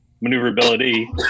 maneuverability